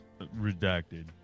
Redacted